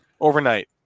overnight